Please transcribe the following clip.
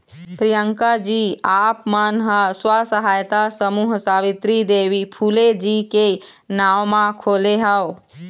प्रियंकाजी आप मन ह स्व सहायता समूह सावित्री देवी फूले जी के नांव म खोले हव